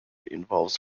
involves